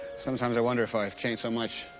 sometimes i wonder if i've changed so much